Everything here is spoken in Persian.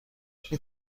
نمی